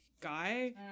guy